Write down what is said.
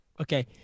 Okay